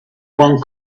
one